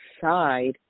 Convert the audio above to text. side